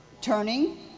Turning